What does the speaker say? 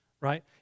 right